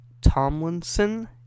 Tomlinson